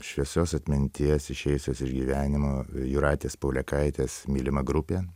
šviesios atminties išėjusios iš gyvenimo jūratės paulėkaitės mylima grupė